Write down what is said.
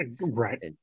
right